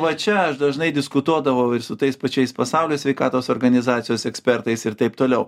va čia aš dažnai diskutuodavau ir su tais pačiais pasaulio sveikatos organizacijos ekspertais ir taip toliau